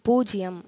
பூஜ்ஜியம்